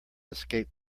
escape